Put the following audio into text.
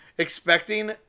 expecting